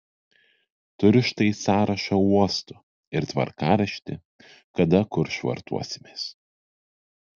turiu štai sąrašą uostų ir tvarkaraštį kada kur švartuosimės